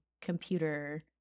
computer